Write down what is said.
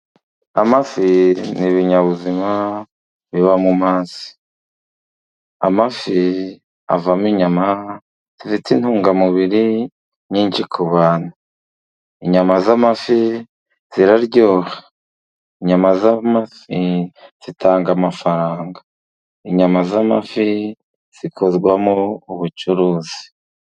Amafi ni ibinyabuzima biba mu mazi, amafi avamo inyama zifite intungamubiri nyinshi ku bantu, inyama z'amafi ziraryoha inyama z'amafi zitanga amafaranga, inyama z'amafi zikorwamo ubucuruzi.